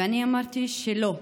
ואני אמרתי שלא,